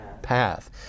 path